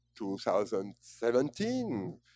2017